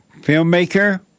filmmaker